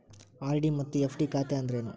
RD ಮತ್ತ FD ಖಾತೆ ಅಂದ್ರೇನು